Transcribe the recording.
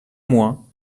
moi